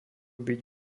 byť